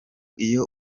iyo